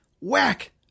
whack